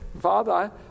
Father